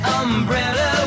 umbrella